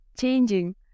changing